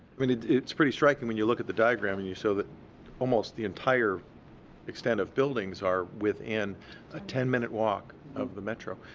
i mean, it's pretty striking when you look at the diagram and you show so that almost the entire extent of buildings are within a ten minute walk of the metro.